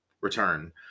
Return